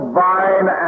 vine